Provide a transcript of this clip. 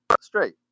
straight